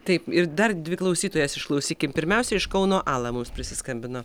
taip ir dar dvi klausytojas išklausykim pirmiausia iš kauno ala mums prisiskambino